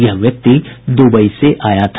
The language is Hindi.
यह व्यक्ति दुबई से आया था